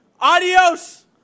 Adios